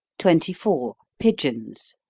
twenty four. pigeons.